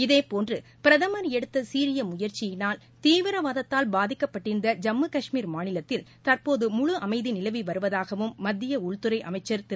இதேபோன்று பிரதமர் எடுத்த சீரிய முயற்சியினால் தீவிரவாதத்தால் பாதிக்கப்பட்டிருந்த ஜம்மு காஷ்மீர் மாநிலத்தில் தற்போது முழு அமைதி நிலவிவருவதாகவும் மத்திய உள்துறை அமைச்சர் திரு